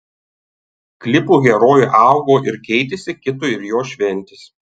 klipo herojė augo ir keitėsi kito ir jos šventės